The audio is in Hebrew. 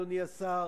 אדוני השר,